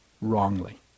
wrongly